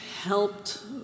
helped